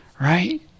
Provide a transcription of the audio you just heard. Right